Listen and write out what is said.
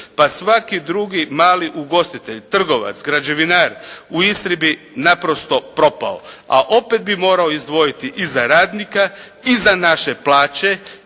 Pa svaki drugi mali ugostitelj, trgovac, građevinar u Istri bi naprosto propao. A opet bi morao izdvojiti i za radnika i za naše plaće